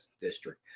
District